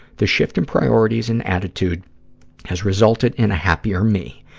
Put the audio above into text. the shift in priorities and attitude has resulted in a happier me.